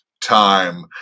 Time